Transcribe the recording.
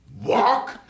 walk